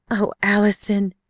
o, allison!